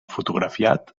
fotografiat